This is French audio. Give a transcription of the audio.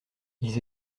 ils